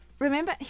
Remember